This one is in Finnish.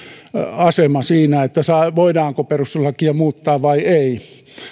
asema siinä voidaanko perustuslakia muuttaa vai ei